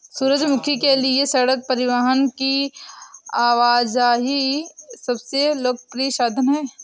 सूरजमुखी के लिए सड़क परिवहन की आवाजाही सबसे लोकप्रिय साधन है